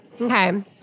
Okay